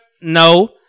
no